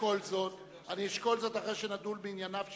מבקש ממך לא לקרוא קריאות ביניים.